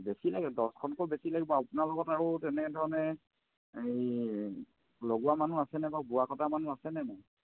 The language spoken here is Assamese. বেছি লাগে দহখনকৈ বেছি লাগিব আপোনাৰ লগত আৰু তেনেধৰণে এই লগোৱা মানুহ আছেনে বাৰু বোৱা কটা মানুহ আছেনে নাই